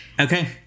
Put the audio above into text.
Okay